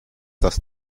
das